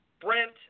Brent